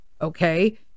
Okay